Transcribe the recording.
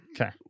okay